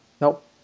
Nope